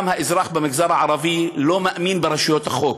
גם האזרח במגזר הערבי לא מאמין ברשויות החוק,